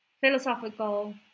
philosophical